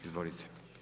Izvolite.